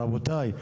רבותיי,